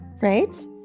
Right